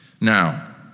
Now